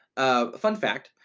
um fun fact,